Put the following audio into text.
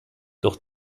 doch